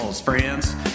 friends